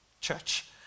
church